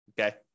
Okay